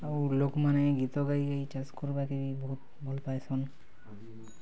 ଆଉ ଲୋକମାନେ ଗୀତ ଗାଇ ଗାଇ ଚାଷ କରବାରେ ବି ବହୁତ ଭଲ ପାଇସନ୍